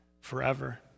forever